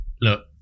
look